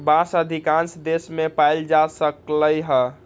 बांस अधिकांश देश मे पाएल जा सकलई ह